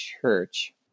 church